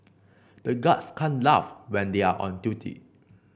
the guards can't laugh when they are on duty